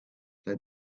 they